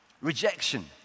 rejection